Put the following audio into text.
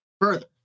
further